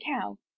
cow